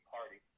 Party